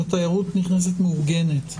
זאת תיירות נכנסת מאורגנת.